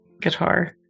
guitar